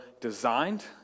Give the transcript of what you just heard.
designed